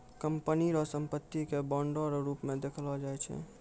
company रो संपत्ति के बांडो रो रूप मे देखलो जाय छै